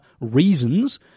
reasons